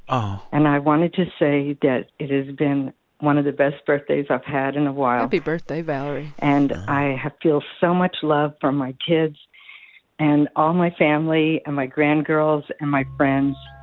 ah and i wanted to say that it has been one of the best birthdays i've had in a while happy birthday, valerie and i have feel so much love for my kids and all my family and my grand-girls and my friends.